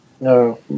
no